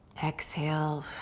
exhale.